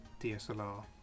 dslr